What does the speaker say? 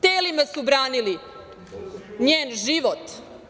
Telima su branili njen život.